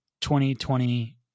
2020